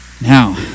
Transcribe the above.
Now